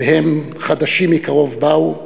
והם חדשים מקרוב באו,